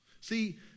See